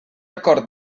acord